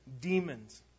demons